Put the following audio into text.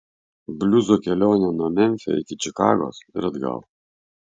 bliuzo kelionė nuo memfio iki čikagos ir atgal